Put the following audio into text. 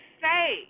say